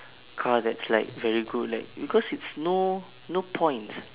car that's like very good like because it's no no points